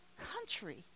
country